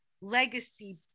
legacy